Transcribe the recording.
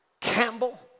Campbell